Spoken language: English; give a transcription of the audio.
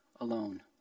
alone